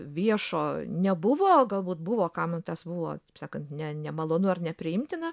viešo nebuvo galbūt buvo kam tas buvo taip sakant ne ne nemalonu ar nepriimtina